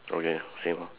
okay same